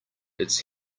its